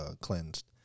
cleansed